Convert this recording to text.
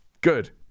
Good